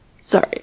sorry